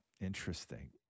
Interesting